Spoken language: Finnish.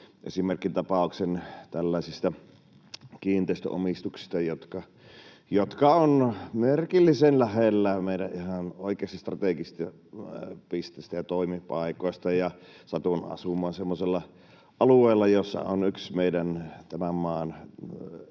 esimerkkitapauksen tällaisista kiinteistöomistuksista, jotka ovat merkillisen lähellä meidän ihan oikeasti strategisia pisteitä ja toimipaikkoja. Satun asumaan semmoisella alueella, jossa on yksi tämän maan